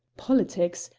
politics!